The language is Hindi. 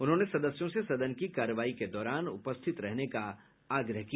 उन्होंने सदस्यों से सदन की कार्यवाही के दौरान उपस्थित रहने का आग्रह किया